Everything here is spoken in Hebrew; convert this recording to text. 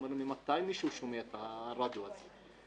שאלתי: ממתי מישהו שומע את הרדיו הזה?